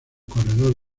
corredor